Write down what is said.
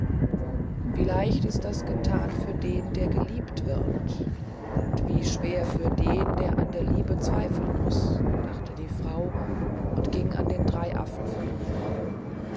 leicht ist das getan für den der geliebt wird und wie schwer für den der an der liebe zweifeln muß dachte die frau und ging an den drei affen vorüber